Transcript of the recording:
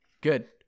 Good